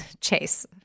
Chase